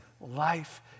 life